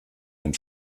ein